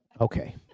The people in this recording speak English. okay